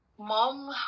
mom